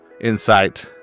insight